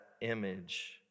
image